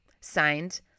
Signed